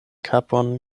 kapon